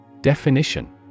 Definition